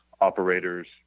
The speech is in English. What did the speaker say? operators